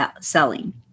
selling